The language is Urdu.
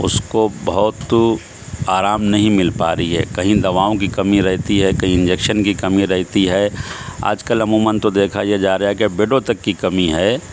اس کو بہت آرام نہیں مل پا رہی ہے کہیں دواؤں کی کمی رہتی ہے کہیں انجکشن کی کمی رہتی ہے آج کل عموماً تو دیکھا یہ جا رہا ہے کہ بیڈوں تک کی کمی ہے